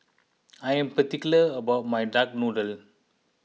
I am particular about my Duck Noodle